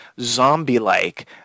zombie-like